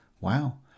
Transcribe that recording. wow